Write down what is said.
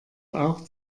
auch